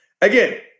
again